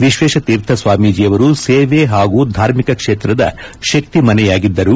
ವಿಶ್ವೇಶತೀರ್ಥ ಸ್ವಾಮೀಜಿಯವರು ಸೇವೆ ಹಾಗೂ ಧಾರ್ಮಿಕ ಕ್ಷೇತ್ರದ ಶಕ್ತಿಮನೆಯಾಗಿದ್ದರು